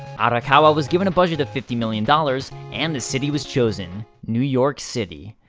arakawa was given a budget of fifty million dollars, and the city was chosen new york city.